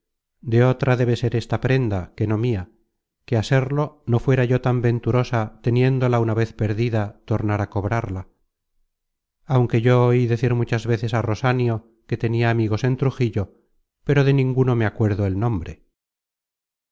de otra debe ser esta prenda que no mia que á serlo no fuera yo tan venturosa teniéndola una vez perdida tornar á cobrarla aunque yo oí decir muchas veces á rosanio que tenia amigos en trujillo pero de ninguno me acuerdo el nombre